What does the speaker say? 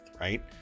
right